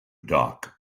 dark